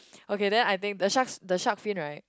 okay then I think the shark's the shark fin right